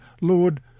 Lord